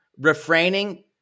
refraining